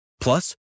Plus